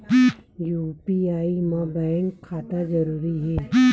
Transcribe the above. UPI मा bank खाता जरूरी हे?